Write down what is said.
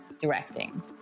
directing